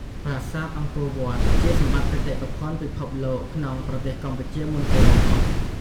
ប្រាសាទអង្គរវត្ត ជាសម្បត្តិបេតិកភណ្ឌពិភពលោកក្នុងប្រទេសកម្ពុជាមុនគេបង្អស់។